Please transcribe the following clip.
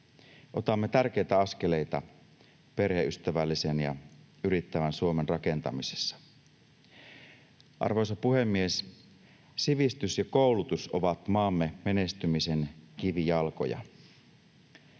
Otamme tärkeitä askeleita perheystävällisen ja yrittävän Suomen rakentamisessa. Arvoisa puhemies! Sivistys ja koulutus ovat maamme menestymisen kivijalkoja.